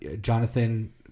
Jonathan